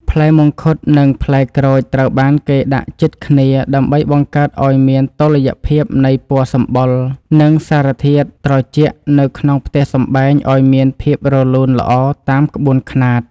ផ្លែមង្ឃុតនិងផ្លែក្រូចត្រូវបានគេដាក់ជិតគ្នាដើម្បីបង្កើតឱ្យមានតុល្យភាពនៃពណ៌សម្បុរ និង សារធាតុត្រជាក់នៅក្នុងផ្ទះសម្បែងឱ្យមានភាពរលូនល្អតាមក្បួនខ្នាត។